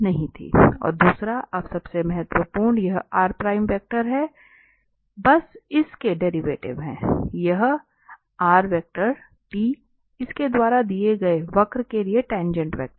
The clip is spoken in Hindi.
और दूसरा सबसे महत्वपूर्ण यह है कि बस इस के डेरीवेटिव है यह इस के द्वारा दिए गए वक्र के लिए टाँगेँट वेक्टर है